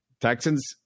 Texans